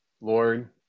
Lord